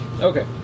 Okay